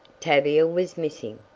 tavia was missing!